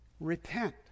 Repent